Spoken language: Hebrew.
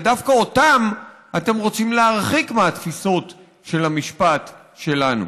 ודווקא אותם אתם רוצים להרחיק מהתפיסות של המשפט שלנו.